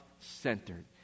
centered